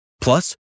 Plus